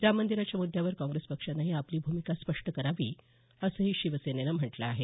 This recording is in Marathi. राम मंदिराच्या मुद्यावर काँग्रेस पक्षानंही आपली भूमिका स्पष्ट करावी असंही शिवसेनेनं म्हटलं आहे